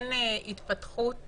שאין התפתחות